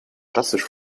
plastisch